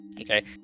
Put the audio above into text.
okay